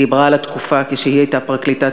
היא דיברה על התקופה שהיא הייתה פרקליטת